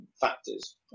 Factors